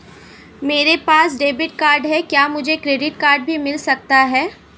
मेरे पास debit card है क्या मुझे क्रेडिट कार्ड भी मिल सकता है?